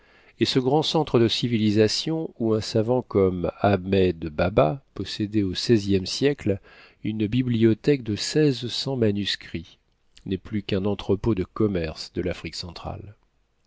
et ce grand centre de civilisation où un savant comme ahmed baba possédait au xvie siècle une bibliothèque de seize cents manuscrits n'est plus qu'un entrepôt de commerce de l'afrique centrale